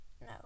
No